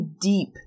deep